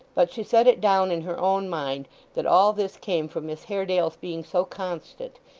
but she set it down in her own mind that all this came from miss haredale's being so constant,